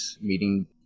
meeting